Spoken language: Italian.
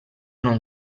non